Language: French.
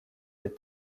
les